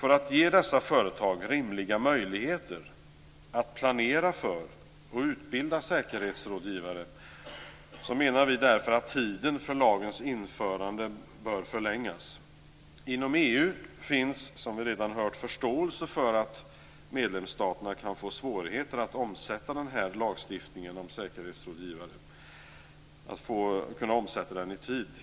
För att ge dessa företag rimliga möjligheter att planera för och utbilda säkerhetsrådgivare menar vi att tiden för lagens införande bör förlängas. Inom EU finns det, som vi redan hört, förståelse för att medlemsstaterna kan få svårigheter att i tid omsätta den här lagstiftningen om säkerhetsrådgivare.